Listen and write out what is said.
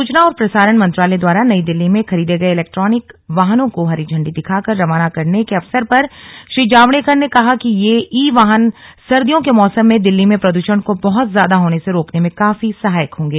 सूचना और प्रसारण मंत्रालय द्वारा नई दिल्ली में खरीदे गए इलैक्ट्रिक वाहनों को झंडी दिखाकर रवाना करने के अवसर पर श्री जावडेकर ने कहा कि ये ई वाहन सर्दियों के मौसम में दिल्ली में प्रदूषण को बहुत ज्यादा होने से रोकने में काफी सहायक होंगे